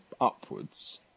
upwards